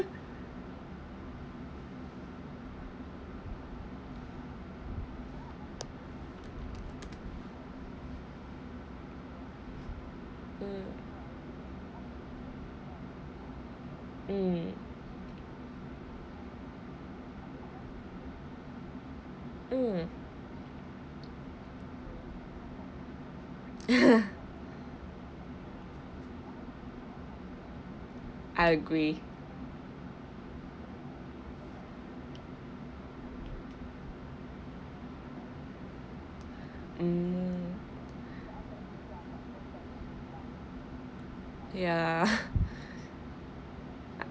mm mm I agree mm ya